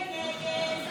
47 בעד, 60 נגד.